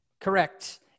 Correct